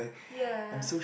ya